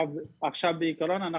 בעיקרון,